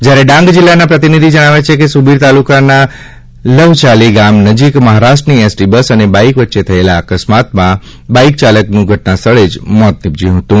જ્યારે ડાંગ જિલ્લાના પ્રતિનિધિ જણાવે છે કે સુબીર તાલુકાના લવચાલી ગામ નજીક મહારાષ્ટ્રની એસટી બસ અને બાઇક વચ્ચે થયેલા અકસ્માતમાં બાઇક ચાલકનું ઘટના સ્થળે જ મોત નિપજ્યું હતું